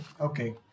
okay